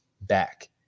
back